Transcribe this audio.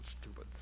stupid